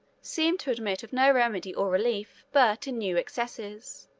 seemed to admit of no remedy or relief but in new excesses.